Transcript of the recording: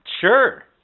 sure